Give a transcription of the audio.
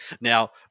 Now